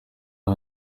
bya